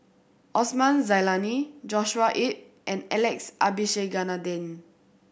Osman Zailani Joshua Ip and Alex Abisheganaden